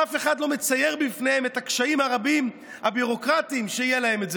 אף אחד לא מצייר בפניהם את הקשיים הביורוקרטיים הרבים שיהיו להם.